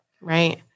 Right